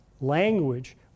language